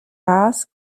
asked